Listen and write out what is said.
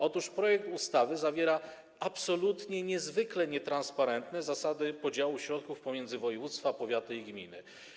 Otóż w projekcie ustawy są zawarte absolutnie niezwykle nietransparentne zasady podziału środków pomiędzy województwa, powiaty i gminy.